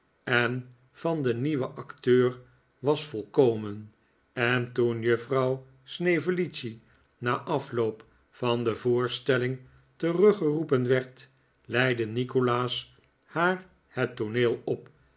en van den nieuwen acteur was volkomen en toen juffrouw snevellicci na afloop van de voorstelling teruggeroepen werd leidde nikolaas haar het tooneel op